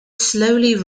slowly